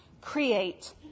create